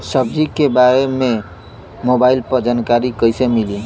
सब्जी के बारे मे मोबाइल पर जानकारी कईसे मिली?